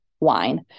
wine